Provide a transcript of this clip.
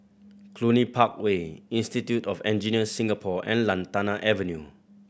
Cluny Park Way Institute of Engineer Singapore and Lantana Avenue